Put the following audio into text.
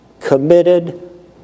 committed